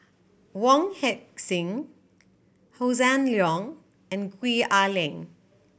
Wong Heck Sing Hossan Leong and Gwee Ah Leng